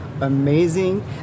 amazing